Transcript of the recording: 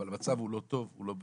אבל המצב הוא לא טוב, הוא לא בריא.